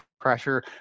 pressure